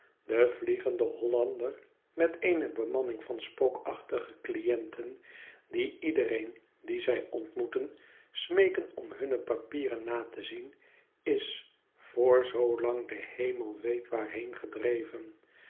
de vliegende hollander met eene bemanning van spookachtige cliënten die iedereen dien zij ontmoeten smeeken om hunne papieren na te zien is voor zoolang de hemel weet waarheen gedreven